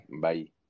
Bye